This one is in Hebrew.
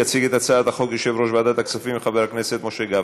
יציג את הצעת החוק יושב-ראש ועדת הכספים חבר הכנסת משה גפני.